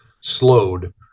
slowed